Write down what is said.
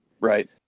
Right